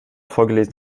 vorgelesen